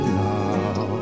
now